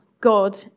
God